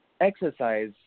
exercise